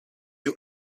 you